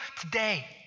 today